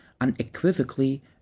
unequivocally